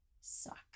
suck